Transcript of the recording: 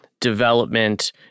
development